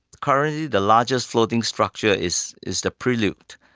currently the largest floating structure is is the prelude,